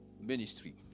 ministry